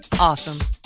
awesome